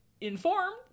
informed